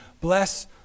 Bless